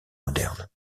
moderne